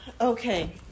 okay